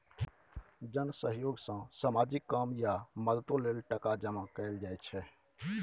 जन सहयोग सँ सामाजिक काम या मदतो लेल टका जमा कएल जाइ छै